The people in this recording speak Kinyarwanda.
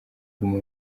guma